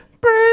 Break